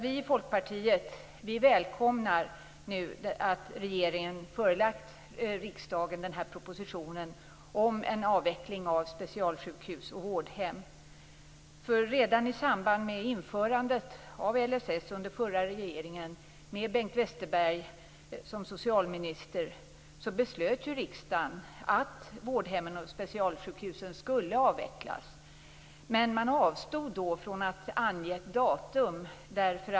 Vi i Folkpartiet välkomnar nu att regeringen förelagt riksdagen denna proposition om en avveckling av specialsjukhus och vårdhem. Redan i samband med införandet av LSS under förra regeringen, med Bengt Westerberg som socialminister, beslöt riksdagen att vårdhemmen och specialsjukhusen skulle avvecklas. Men man avstod då från att ange ett datum.